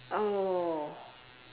oh